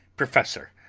professor,